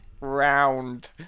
round